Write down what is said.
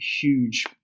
huge